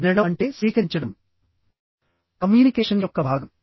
వినడం అంటే స్వీకరించడం కమ్యూనికేషన్ యొక్క భాగం